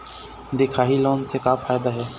दिखाही लोन से का फायदा हे?